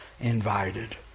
invited